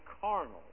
carnal